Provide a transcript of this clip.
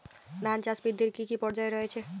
ধান চাষ বৃদ্ধির কী কী পর্যায় রয়েছে?